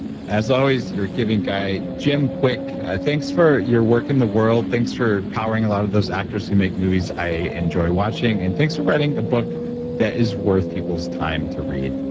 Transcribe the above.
as always, you're giving guy, jim kwik. thanks for your work in the world. thanks for empowering a lot of those actors who make movies i enjoy watching and thanks for writing a book that is worth people's time to read.